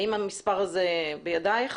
האם המספר הזה בידיך?